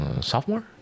Sophomore